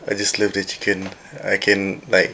I just love the chicken I can like